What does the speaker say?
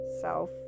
self